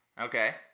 Okay